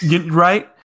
Right